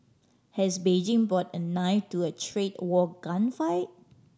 has Beijing bought a knife to a trade war gunfight